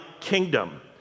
kingdom